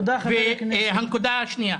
הנקודה השנייה,